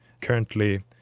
Currently